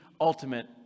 ultimate